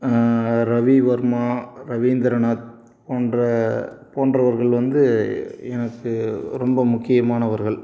ரவி வர்மா ரவீந்திரநாத் போன்ற போன்றவர்கள் வந்து எனக்கு ரொம்ப முக்கியமானவர்கள்